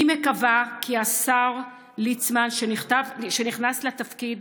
אני מקווה כי השר ליצמן, שנכנס לתפקיד